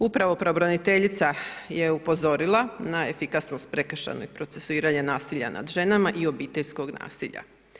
Upravo pravobraniteljica je upozorila na efikasnost prekršajnog procesuiranja nasilja nad ženama i obiteljskog nasilja.